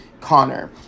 connor